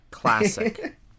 classic